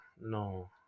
no